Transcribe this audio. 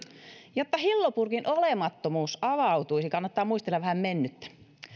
jotta hillopurkin olemattomuus avautuisi kannattaa muistella vähän mennyttä